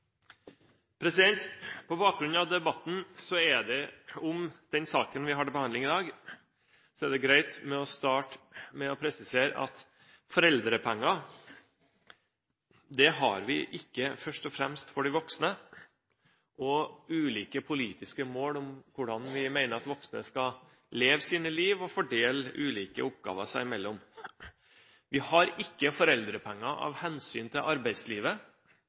det greit å starte med å presisere at foreldrepenger har vi ikke først og fremst for de voksne, og på grunn av ulike politiske mål om hvordan vi mener at voksne skal leve sitt liv og fordele ulike oppgaver seg imellom. Vi har ikke foreldrepenger av hensyn til arbeidslivet,